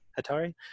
Atari